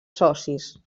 socis